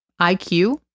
IQ